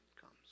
comes